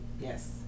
yes